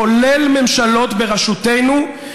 כולל ממשלות בראשותנו,